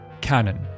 canon